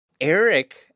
Eric